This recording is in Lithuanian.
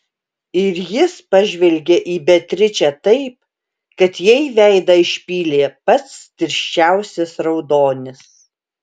ir jis pažvelgė į beatričę taip kad jai veidą išpylė pats tirščiausias raudonis